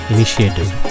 Initiative